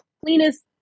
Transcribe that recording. cleanest